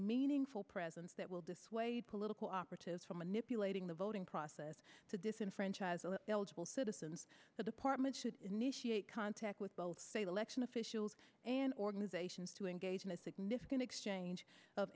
meaningful presence that will dissuade political operatives from manipulating the voting process to disenfranchise all eligible citizens the department should initiate contact with both state election officials and organizations to engage in a significant exchange of